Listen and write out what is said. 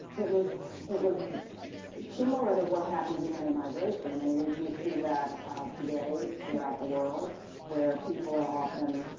it was it was similar to what happens in any migration. i mean, we we see that today throughout the world where people are often